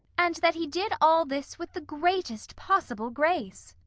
and that he did all this with the greatest possible grace?